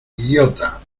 idiota